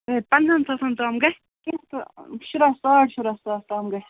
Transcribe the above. ہے پَنٛداہَن ساسن تام گژھِ کیٚنٛہہ تہٕ شُراہ ساڑ شُراہ ساس تام گژھِ